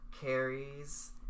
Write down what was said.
carries